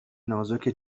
نازک